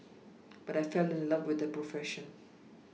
but I fell in love with the profession